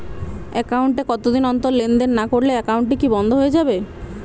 Account এ কতদিন অন্তর লেনদেন না করলে একাউন্টটি কি বন্ধ হয়ে যাবে?